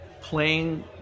playing